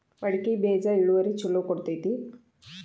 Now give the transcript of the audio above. ಮಡಕಿ ಬೇಜ ಇಳುವರಿ ಛಲೋ ಕೊಡ್ತೆತಿ?